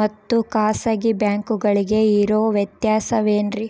ಮತ್ತಾ ಖಾಸಗಿ ಬ್ಯಾಂಕುಗಳಿಗೆ ಇರೋ ವ್ಯತ್ಯಾಸವೇನ್ರಿ?